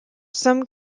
some